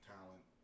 talent